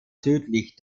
südlich